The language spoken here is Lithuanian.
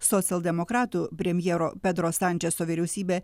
socialdemokratų premjero pedro sančeso vyriausybė